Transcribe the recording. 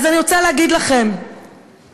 אני רוצה להגיד לכם שפה,